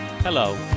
Hello